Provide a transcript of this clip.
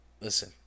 Listen